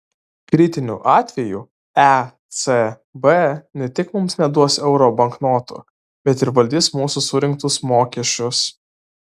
kritiniu atveju ecb ne tik mums neduos euro banknotų bet ir valdys mūsų surinktus mokesčius